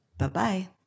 Bye-bye